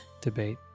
Debate